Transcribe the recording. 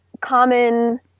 common